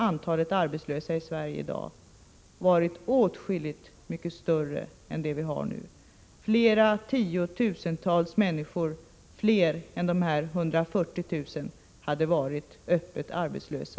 Med den moderata politiken hade flera tiotusental människor utöver de 140 000 varit öppet arbetslösa.